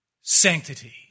sanctity